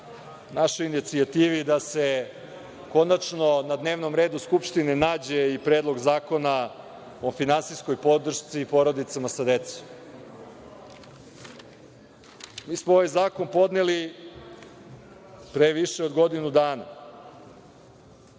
našoj inicijativi da se konačno na dnevnom redu Skupštine nađe i Predlog zakona o finansijskoj podršci porodicama sa decom. Mi smo ovaj zakon podneli pre više od godinu dana